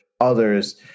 others